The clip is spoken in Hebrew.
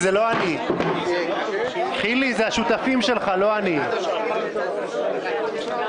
הישיבה ננעלה בשעה